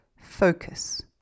focus